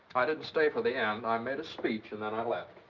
i didn't stay for the end. i made a speech, and then i left.